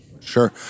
Sure